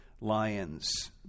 lions